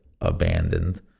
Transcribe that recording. abandoned